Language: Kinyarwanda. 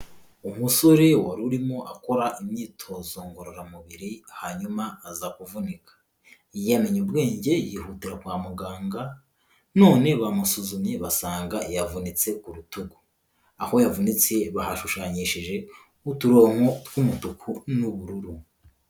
Umusore warurimo akora imyitozo ngororamubiri hanyuma aza kuvunika, yamenye ubwenge yihutira kwa muganga none bamusuzumye basanga yavunitse ku rutugu, aho yavunitse bahashushanyishije uturongo tw'umutuku n'ubururu.